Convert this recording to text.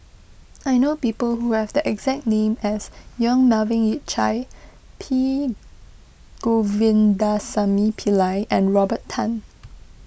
I know people who have the exact name as Yong Melvin Yik Chye P Govindasamy Pillai and Robert Tan